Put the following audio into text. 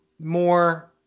more